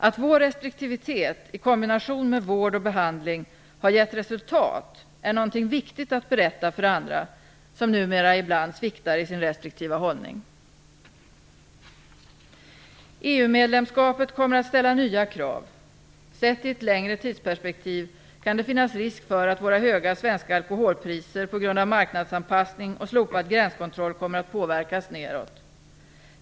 Att vår restriktivitet, i kombination med vård och behandling, har gett resultat är något viktigt att berätta för andra som numera ibland sviktar i sin restriktiva hållning. EU-medlemskapet kommer att ställa nya krav. Sett i ett längre tidsperspektiv kan det finnas risk för att våra höga svenska alkoholpriser på grund av marknadsanpassning och slopad gränskontroll kommer att påverkas nedåt.